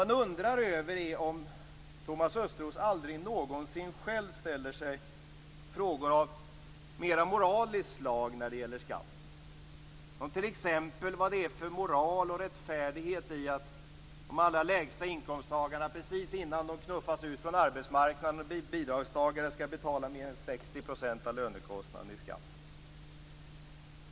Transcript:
Man undrar om Thomas Östros aldrig själv ställer sig frågor av mer moraliskt slag när det gäller skatten. Vad är det t.ex. för moral och rättfärdighet i att de med allra lägst inkomster precis innan de knuffas ut från arbetsmarknaden och blir bidragstagare skall betala mer än 60 % av lönekostnaden i skatt?